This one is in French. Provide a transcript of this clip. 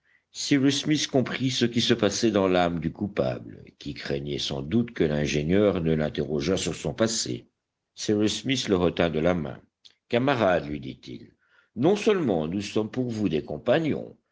cyrus smith comprit ce qui se passait dans l'âme du coupable qui craignait sans doute que l'ingénieur ne l'interrogeât sur son passé cyrus smith le retint de la main camarade lui dit-il non seulement nous sommes pour vous des compagnons